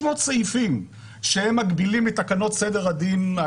סעיפים שמגבילים את תקנות סדר הדין האזרחי.